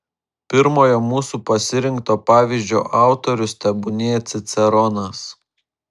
pirmojo mūsų pasirinkto pavyzdžio autorius tebūnie ciceronas